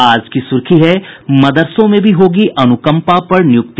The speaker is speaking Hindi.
आज की सुर्खी है मदरसों में भी होगी अनुकंपा पर नियुक्ति